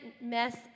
mess